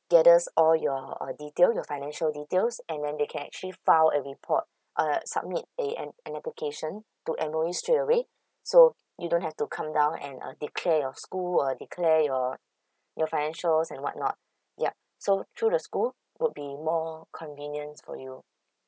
gathers all your uh detail your financial details and then they can actually file a report uh submit a an an application to M_O_E straightaway so you don't have to come down and uh declare your school or declare your your financials and whatnot yup so through the school would be more convenient for you